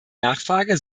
nachfrage